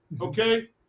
Okay